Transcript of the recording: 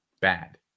bad